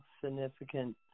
significant